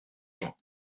jean